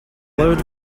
glowed